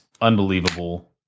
unbelievable